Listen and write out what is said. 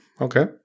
Okay